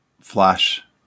flash